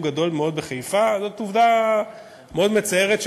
גדול מאוד בחיפה זה עובדה מאוד מצערת,